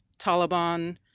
Taliban